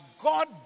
God